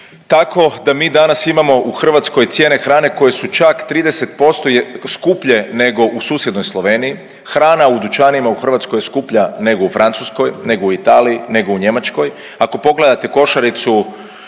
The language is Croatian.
tako da mi danas imamo u Hrvatskoj cijene hrane koje su čak 30% skuplje nego u susjednoj Sloveniji. Hrana u dućanima u Hrvatskoj je skuplja nego u Francuskoj, nego u Italiji, nego u Njemačkoj. Ako pogledate košaricu